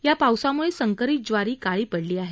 या पावसामुळे संकरित ज्वारी काळी पडली आहे